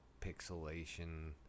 pixelation